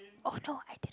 oh no I didn't